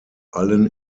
allen